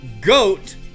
goat